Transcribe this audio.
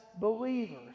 believers